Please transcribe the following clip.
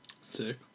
Sick